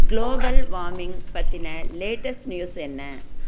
global வாமிங் பற்றின latest news என்ன